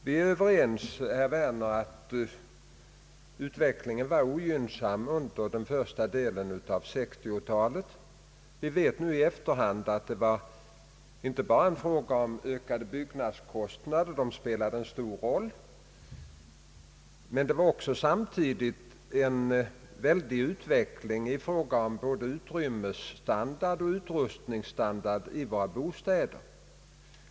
Vi är överens om, herr Werner, att utvecklingen var ogynnsam under den första delen av 1960-talet. Vi vet nu i efterhand att det inte endast berodde på ökade byggnadskostnader. Dessa spelade en stor roll, men samtidigt skedde en kraftig utveckling i fråga om både utrymmesstandard och utrustningsstandard i våra bostäder.